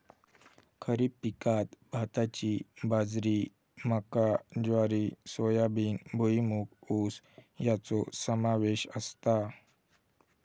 खरीप पिकांत भाताची बाजरी मका ज्वारी सोयाबीन भुईमूग ऊस याचो समावेश असता